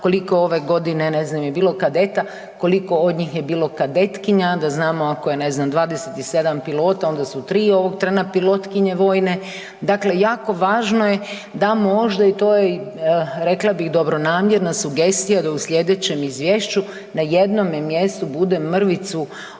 koliko ove godine ne znam je bilo kadeta, koliko od njih je bilo kadetkinja, da znamo ako je ne znam 27 pilota onda su 3 ovog trena pilotkinje vojne. Dakle, jako važno je da možda i to je rekla bih dobronamjerna sugestija da u slijedećem izvješću na jednome mjestu bude mrvicu